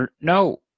no